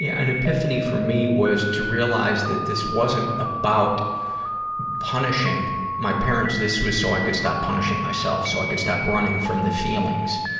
yeah an epiphany for me was to realize that this wasn't about punishing my parents, this was so i could stop punishing myself so i could stop running from the feelings,